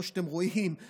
כמו שאתם רואים,